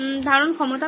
ধারণ ক্ষমতা কম